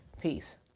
Peace